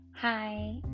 Hi